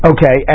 Okay